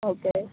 okay